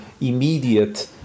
immediate